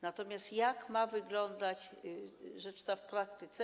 Natomiast jak ma wyglądać ta rzecz w praktyce?